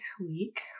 week